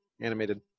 animated